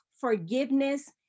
forgiveness